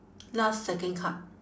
last second card